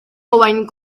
owain